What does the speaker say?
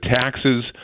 taxes